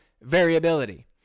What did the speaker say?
variability